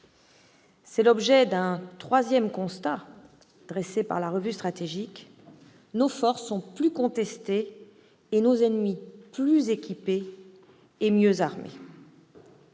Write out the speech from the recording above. C'est l'objet d'un troisième constat dressé par la revue : nos forces sont plus contestées et nos ennemis plus équipés et mieux armés.